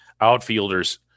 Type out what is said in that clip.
outfielders